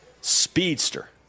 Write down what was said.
Speedster